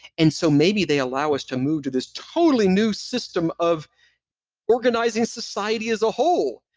and so maybe they allow us to move to this totally new system of organizing society as a whole,